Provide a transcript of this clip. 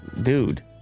dude